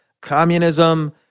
communism